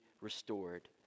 restored